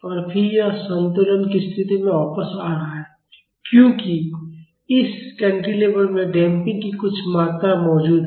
और फिर यह संतुलन की स्थिति में वापस आ रहा है क्योंकि इस कैंटिलीवर में डैम्पिंग की कुछ मात्रा मौजूद है